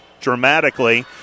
dramatically